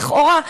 לכאורה,